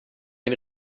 ein